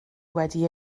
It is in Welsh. wedi